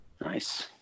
Nice